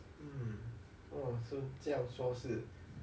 mm orh 所以这样说是